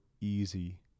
easy